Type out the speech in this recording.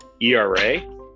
ERA